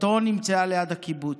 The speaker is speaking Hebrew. גופתו נמצאה ליד הקיבוץ.